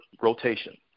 rotation